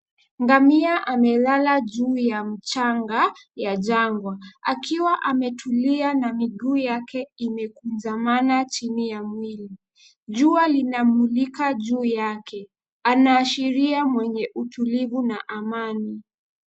Ngamia amelala juu ya mchanga ya jangwa, akiwa ametulia na miguu yake imekunjamana chini ya mwili, jua linamulika juu yake, anaashiria mwenye utulivu na amani.